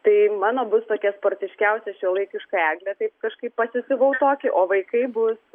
tai mano bus tokia sportiškiausia šiuolaikiška eglė taip kažkaip pasisiuvau tokį o vaikai bus